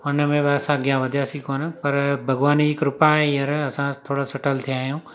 हुन में बि असां अॻियां वधियासीं कोन पर भॻवान जी कृपा आहे हींअर असां थोरा सेटल थिया आहियूं